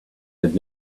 had